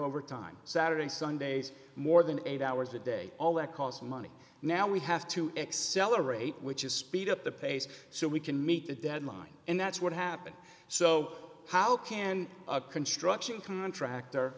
overtime saturday sundays more than eight hours a day all that costs money now we have to accelerate which is speed up the pace so we can meet the deadline and that's what happened so how can a construction contractor